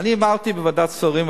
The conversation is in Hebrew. אני אמרתי בוועדת שרים,